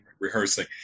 rehearsing